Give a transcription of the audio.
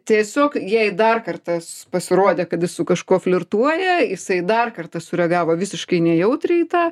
tiesiog jai dar kartą pasirodė kad jis su kažkuo flirtuoja jisai dar kartą sureagavo visiškai nejautriai į tą